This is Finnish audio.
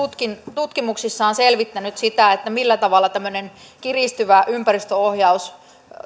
tutkimuksissaan selvittänyt sitä millä tavalla tämmöinen kiristyvä ympäristöohjaus